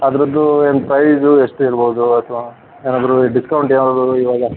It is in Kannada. ಅದ್ರದ್ದೂ ಏನು ಪ್ರೈಸು ಎಷ್ಟಿರ್ಬೋದು ಅಥವಾ ಏನಾದರು ಡಿಸ್ಕೌಂಟ್ ಏನಾದರು ಇವಾಗ